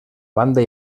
banda